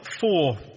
four